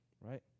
right